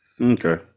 Okay